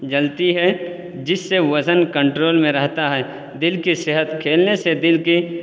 جلتی ہے جس سے وزن کنٹرول میں رہتا ہے دل کی صحت کھیلنے سے دل کی